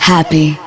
Happy